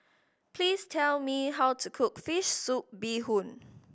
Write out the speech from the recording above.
please tell me how to cook fish soup bee hoon